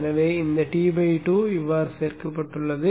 எனவே இந்த T2 சேர்க்கப்பட்டது